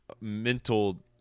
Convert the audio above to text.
mental